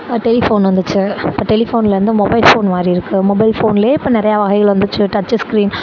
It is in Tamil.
டெலிஃபோன் வந்துச்சு இப்போ டெலிஃபோன்லேருந்து மொபைல் ஃபோன் மாறியிருக்கு மொபைல் ஃபோனில் இப்போ நிறையா வகைகள் வந்துருச்சு டச்சுஸ்க்ரீன்